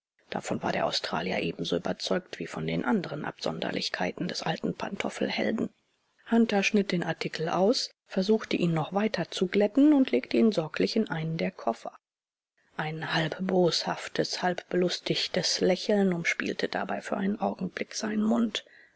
davon war der australier ebenso überzeugt wie von den anderen absonderlichkeiten des alten pantoffelhelden hunter schnitt den artikel aus versuchte ihn noch weiter zu glätten und legte ihn sorglich in einen der koffer ein halb boshaftes halb belustigtes lächeln umspielte dabei für einen augenblick seinen mund